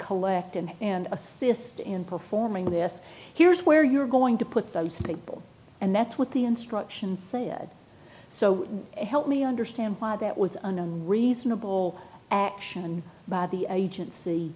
collect and and assist in performing this here's where you're going to put those people and that's what the instructions said so help me understand why that was an unreasonable action by the agency